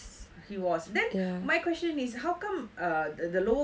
he was then my question is how come the lower court didn't